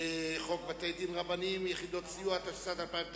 בתי-דין דתיים (יחידות סיוע), התשס”ט 2009,